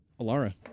Alara